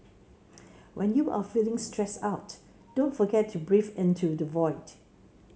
when you are feeling stressed out don't forget to breathe into the void